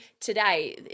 today